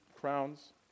crowns